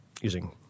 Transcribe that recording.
using